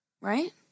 Right